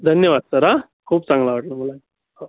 धन्यवाद सर आं खूप चांगलं वाटलं मला हो